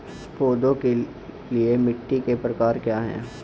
पौधों के लिए मिट्टी के प्रकार क्या हैं?